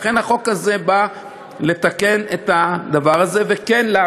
לכן החוק הזה נועד לתקן את הדבר הזה ולאפשר